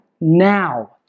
now